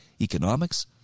economics